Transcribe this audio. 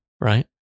right